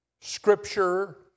scripture